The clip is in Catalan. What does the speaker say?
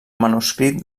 manuscrit